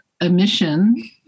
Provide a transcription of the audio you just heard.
emission